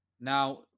now